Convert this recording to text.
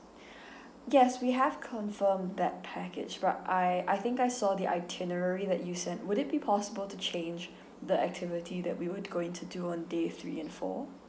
yes we have confirmed that package but I I think I saw the itinerary that you sent would it be possible to change the activity that we were going to do on day three and four